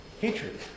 hatred